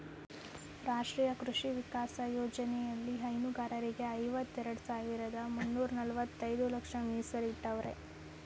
ರಾಷ್ಟ್ರೀಯ ಕೃಷಿ ವಿಕಾಸ ಯೋಜ್ನೆಲಿ ಹೈನುಗಾರರಿಗೆ ಐವತ್ತೆರೆಡ್ ಮುನ್ನೂರ್ನಲವತ್ತೈದು ಲಕ್ಷ ಮೀಸಲಿಟ್ಟವ್ರೆ